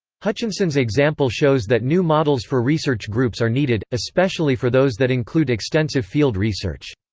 hutchinson's example shows that new models for research groups are needed, especially for those that include extensive field research.